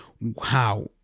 wow